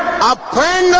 upper